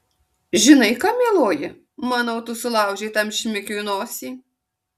žinai ką mieloji manau tu sulaužei tam šmikiui nosį